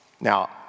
Now